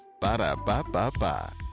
Ba-da-ba-ba-ba